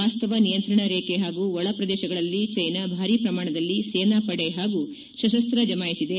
ವಾಸ್ತವ ನಿಯಂತ್ರಣ ರೇವೆ ಹಾಗೂ ಒಳಪ್ರದೇಶಗಳಲ್ಲಿ ಚ್ಲೆನಾ ಭಾರಿ ಪ್ರಮಾಣದಲ್ಲಿ ಸೇನಾಪಡೆ ಹಾಗೂ ಶಸ್ತಾಸ್ತ ಜಮಾಯಿಸಿದೆ